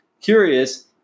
curious